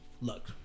look